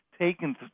taken